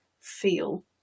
feel